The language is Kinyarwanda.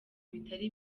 bitari